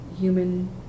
human